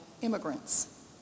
immigrants